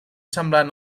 semblant